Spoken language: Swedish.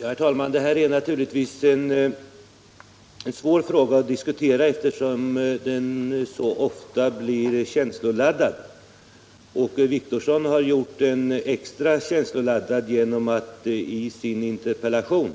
Herr talman! Den här frågan är naturligtvis svår att diskutera, eftersom den så ofta blir känsloladdad. Åke Wictorsson har gjort den extra känsloladdad genom att i sin interpellation